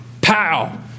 Pow